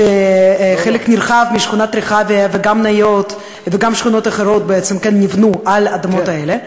שחלק נרחב משכונת רחביה וגם ניות וגם שכונות אחרות נבנו על האדמות האלה?